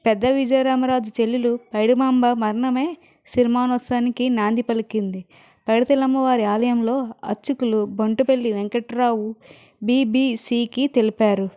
పెద్ద విజయరామరాజు చెల్లెలు పైడుమాంబ మరణమే సినిమానోత్సవానికి నాంది పలికింది పైడితల్లి అమ్మవారి ఆలయంలో అర్చకులు బంటుపల్లి వెంకట్రావు బీబీసీ కి తెలిపారు